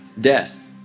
Death